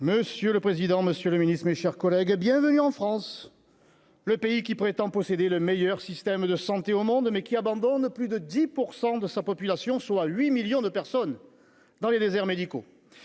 Monsieur le président, Monsieur le Ministre, mes chers collègues, et bienvenue en France, le pays qui prétend posséder le meilleur système de santé au monde, mais qui abandonne plus de 10 pour 100 de sa population, soit 8 millions de personnes dans les déserts médicaux,